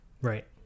right